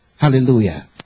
Hallelujah